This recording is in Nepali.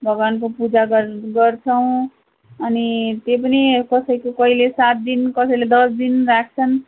भगवान्को पूजा गर् गर्छौँ अनि त्यही पनि कसैको कहिले सात दिन कसैले दस दिन राख्छन्